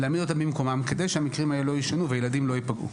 ולהעמיד אותם במקומם כדי שהמקרים האלה לא יישנו והילדים לא ייפגעו.